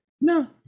No